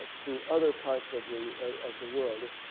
to other parts of the of the world. and